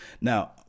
Now